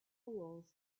fools